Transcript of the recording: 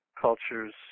cultures